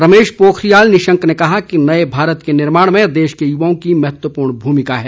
रमेश पोखरियाल निशंक ने कहा कि नए भारत के निर्माण में देश के युवाओं की महत्वपूर्ण भूमिका है